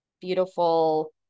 beautiful